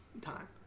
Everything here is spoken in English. time